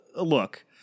Look